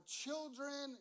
children